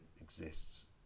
exists